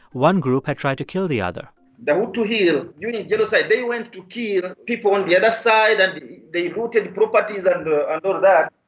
one group had tried to kill the other there were two hill. during genocide, they went to kill people on the other side, and they looted properties and all that.